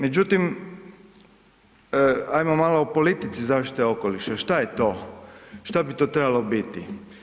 Međutim, ajmo malo o politici zaštita okoliša šta je to, šta bi to trebalo biti?